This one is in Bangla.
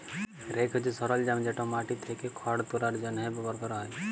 রেক হছে সরলজাম যেট মাটি থ্যাকে খড় তুলার জ্যনহে ব্যাভার ক্যরা হ্যয়